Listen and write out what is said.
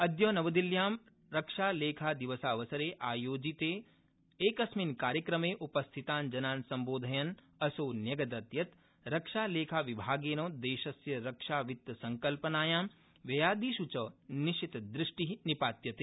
अद्य नवदिल्ल्यां रक्षालेखादिवसावसरे समायोजिते कार्यक्रमे उपस्थितान् जनान् सम्बोधयन् असौ न्यगदत् यत् रक्षा लेखा विभागेन देशस्य रक्षा वित्त संकल्पनायां व्ययादिष् च निशितदृष्टि निपात्यते